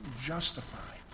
justified